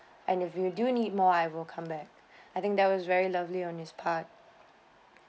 and if you do need more I will come back I think that was very lovely on his part